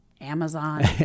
Amazon